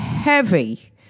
Heavy